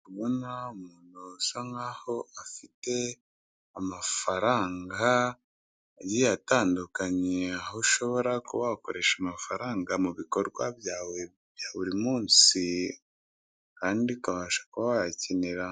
Ndabona umuntu usa nkaho afite amafaranga agiye atandukanye, aho ushobora kuba wakoresha amafaranga mubikorwa byawe bya buri munsi kandi ukabasha kuba wayakenera.